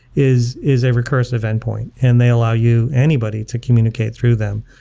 is is a recursive endpoint, and they allow you, anybody, to communicate through them.